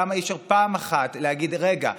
למה אי-אפשר פעם אחת להגיד: רגע,